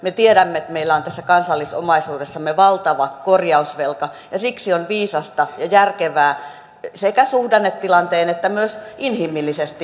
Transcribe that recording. me tiedämme että meillä on tässä kansallisomaisuudessamme valtava korjausvelka ja siksi tämä on viisasta ja järkevää sekä suhdannetilanteen vuoksi että myös inhimillisesti